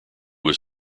was